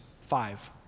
five